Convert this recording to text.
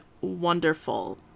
wonderful